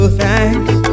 thanks